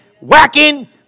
whacking